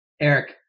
Eric